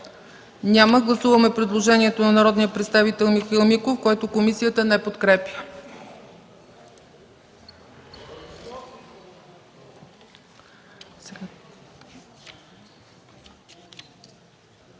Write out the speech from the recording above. на гласуване предложението на народния представител Михаил Миков, което комисията не подкрепя.